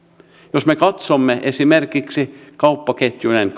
jos me katsomme esimerkiksi kauppaketjujen